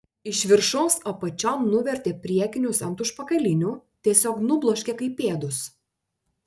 iš viršaus apačion nuvertė priekinius ant užpakalinių tiesiog nubloškė kaip pėdus